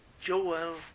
Joel